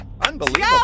Unbelievable